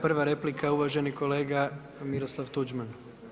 Prva replika je uvaženi kolega Miroslav Tuđman.